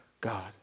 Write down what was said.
God